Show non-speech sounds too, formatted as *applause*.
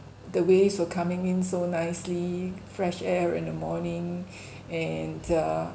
the waves were coming in so nicely fresh air in the morning *breath* and uh